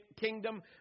kingdom